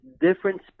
Different